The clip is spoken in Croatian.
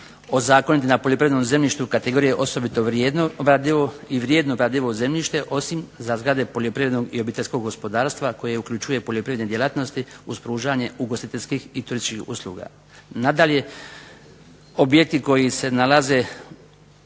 ozakoniti na poljoprivrednom zemljištu, kategorije osobito vrijedno obradivo i vrijedno obradivo zemljište osim za zgrade poljoprivrednog i obiteljskog gospodarstva koje uključuje poljoprivredne djelatnosti uz pružanje ugostiteljskih i turističkih usluga. Nadalje, objekti koji se nalaze